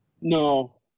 No